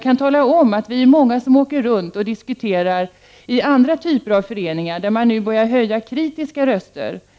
Vi är ju många som åker runt och diskuterar i andra typer av föreningar, där det nu börjar höjas kritiska röster.